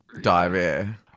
diarrhea